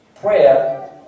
Prayer